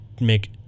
make